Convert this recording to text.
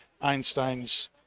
einstein's